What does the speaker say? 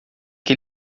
que